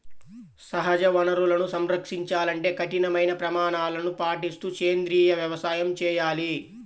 సహజ వనరులను సంరక్షించాలంటే కఠినమైన ప్రమాణాలను పాటిస్తూ సేంద్రీయ వ్యవసాయం చేయాలి